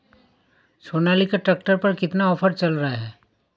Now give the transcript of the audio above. Sonalika tractor पर कितना offer चल रहा है?